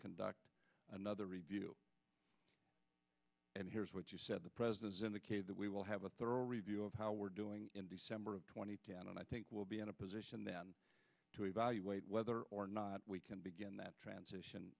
conduct another review and here's what you said the president is in the case that we will have a thorough review of how we're doing in december of two thousand and ten and i think we'll be in a position then to evaluate whether or not we can begin that transition